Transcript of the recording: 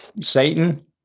Satan